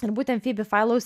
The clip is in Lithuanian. ir būtent fibi failau